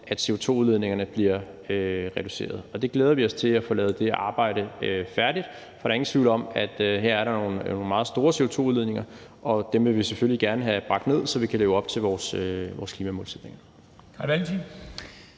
at CO2-udledningerne bliver reduceret, og vi glæder os til at få lavet det arbejde færdigt. For der er ingen tvivl om, at der her er nogle meget store CO2-udledninger, og dem vil vi selvfølgelig gerne have bragt ned, så vi kan leve op til vores klimamålsætning.